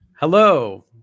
Hello